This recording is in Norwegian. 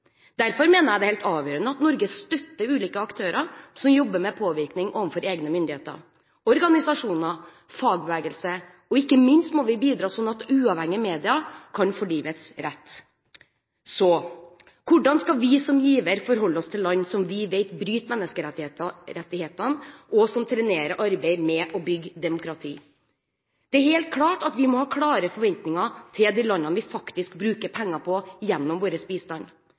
Derfor mener jeg det er helt avgjørende at Norge støtter ulike aktører som jobber med påvirkning overfor egne myndigheter: organisasjoner, fagbevegelse og ikke minst må vi bidra slik at uavhengige medier kan ha livets rett. Hvordan skal vi som giver forholde oss til land som vi vet bryter menneskerettighetene, og som trenerer arbeidet med å bygge demokrati? Det er helt klart at vi må ha klare forventninger til de landene vi faktisk bruker penger på gjennom vår bistand.